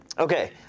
Okay